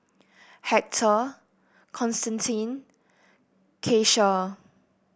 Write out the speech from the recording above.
Hector Constantine Kecia